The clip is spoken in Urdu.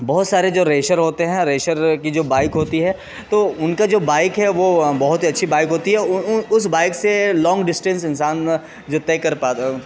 بہت سارے جو ریسر ہوتے ہیں ریسر کی جو بائک ہوتی ہے تو ان کا جو بائک ہے وہ بہت ہی اچھی بائک ہوتی ہے اس بائک سے لانگ ڈسٹینس انسان جو طے کر پاتا